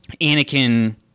Anakin